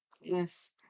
Yes